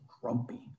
grumpy